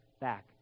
back